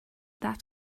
spend